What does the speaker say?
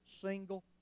single